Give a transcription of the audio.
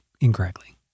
incorrectly